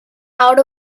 out